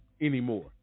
anymore